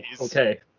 okay